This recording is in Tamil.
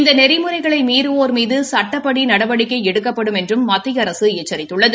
இந்த நெறிமுறைகளை மீறவோர் மீது சுட்டப்படி நடவடிக்கை எடுக்கப்படும் என்றும் மத்திய அரசு எச்சித்துள்ளது